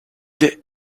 the